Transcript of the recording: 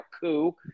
coup